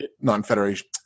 non-Federation